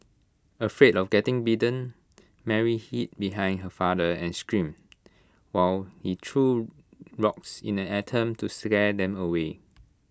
afraid of getting bitten Mary hid behind her father and screamed while he threw rocks in an attempt to scare them away